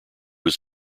was